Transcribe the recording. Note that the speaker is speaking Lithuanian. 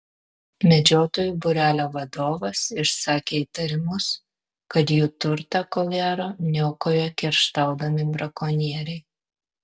medžiotojų būrelio vadovas išsakė įtarimus kad jų turtą ko gero niokoja kerštaudami brakonieriai